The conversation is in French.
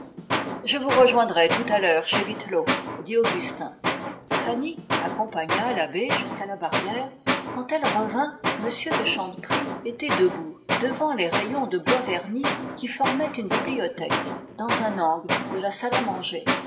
je vous rejoindrai tout à l'heure chez le père vittelot fanny accompagna l'abbé jusqu'à la porte du jardin quand elle revint elle trouva m de chanteprie qui examinait la petite bibliothèque m de chanteprie était debout devant les rayons de bois verni qui formaient une bibliothèque dans un angle de la salle à manger